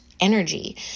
energy